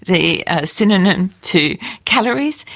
the synonym to calories,